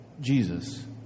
Jesus